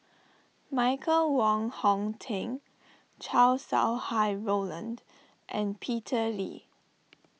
Michael Wong Hong Teng Chow Sau Hai Roland and Peter Lee